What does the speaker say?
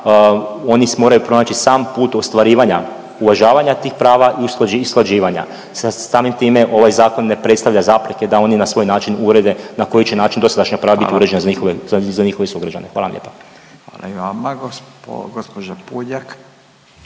oni moraju pronaći sam put ostvarivanja i uvažavanja tih prava i usklađivanja. Samim time ovaj zakon ne predstavlja zapreke da oni na svoj način urede na koji će način dosadašnja prava biti uređena … .../Upadica: Hvala./... za njihove sugrađane. Hvala vam